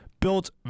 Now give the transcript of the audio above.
built